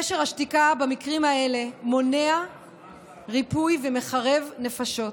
קשר השתיקה במקרים האלה מונע ריפוי ומחרב נפשות.